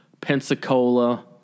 Pensacola